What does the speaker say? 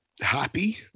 happy